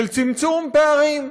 של צמצום פערים,